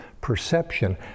perception